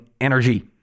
energy